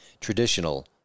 traditional